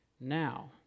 now